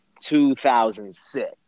2006